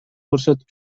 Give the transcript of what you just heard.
көрсөтүп